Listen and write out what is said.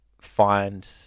find